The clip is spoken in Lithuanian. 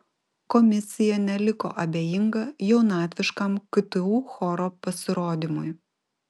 komisija neliko abejinga jaunatviškam ktu choro pasirodymui